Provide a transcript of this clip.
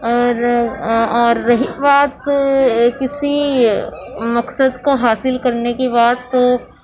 اور اور رہی بات کسی مقصد کو حاصل کرنے کی بات تو